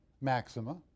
maxima